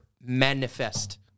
manifest